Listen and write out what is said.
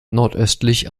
nordöstlich